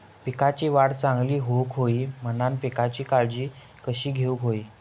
पिकाची वाढ चांगली होऊक होई म्हणान पिकाची काळजी कशी घेऊक होई?